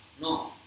No